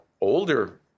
older